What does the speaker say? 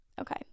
Okay